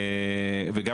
בנוסף,